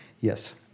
yes